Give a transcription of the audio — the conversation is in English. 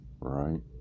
right